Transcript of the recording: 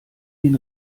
den